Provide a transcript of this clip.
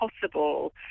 possible